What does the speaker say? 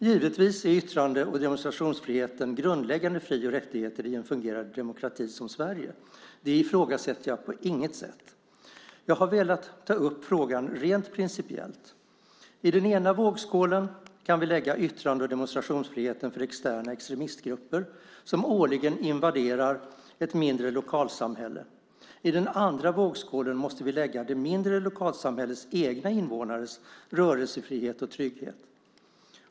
Givetvis är yttrande och demonstrationsfriheten grundläggande fri och rättigheter i en fungerande demokrati som Sverige. Det ifrågasätter jag på inget sätt. Jag har velat ta upp frågan rent principiellt. I den ena vågskålen kan vi lägga yttrande och demonstrationsfriheten för externa extremistgrupper som årligen invaderar ett mindre lokalsamhälle. I den andra vågskålen måste vi lägga det mindre lokalsamhällets egna invånares rörelsefrihet och trygghet.